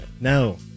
No